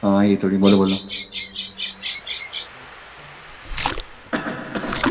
आं एह् थोह्ड़े बोल्लो बोल्लो